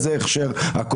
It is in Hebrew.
איזה הכשר.